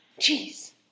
Jeez